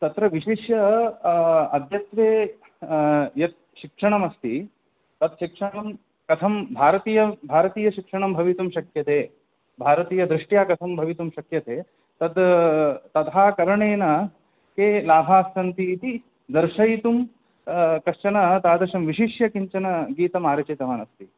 तत्र विशिष्य अद्यत्वे यत् शिक्षणमस्ति तत् शिक्षणं कथं भारतीय भारतीयशिक्षणं भवितुं शक्यते भारतीयदृष्ट्या कथं भवितुं शक्यते तत् तथा करणेन के लाभास्सन्ति इति दर्शयितुं कश्चन तादृशं विशिष्य किञ्चन गीतम् आरचितवान् अस्ति